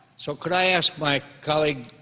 so could i ask my colleague,